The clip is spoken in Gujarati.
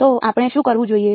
તો આપણે શું કરવું જોઈએ